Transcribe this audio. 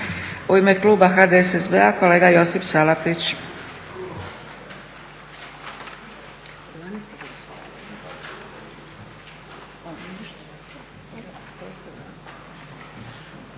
U ime kluba HDSSB-a kolega Josip Salapić.